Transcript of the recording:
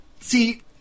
See